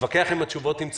להתווכח עם התשובות אם צריך,